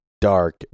dark